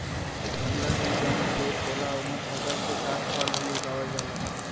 जंगल में जौन खेत होला ओमन फसल के साथ फल भी उगावल जाला